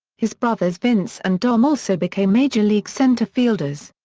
his brothers vince and dom also became major league center fielders.